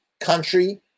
country